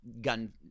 gun